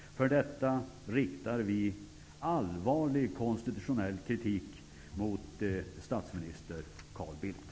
För detta riktar vi allvarlig konstitutionell kritik mot statsminister Carl Bildt.